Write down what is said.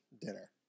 dinner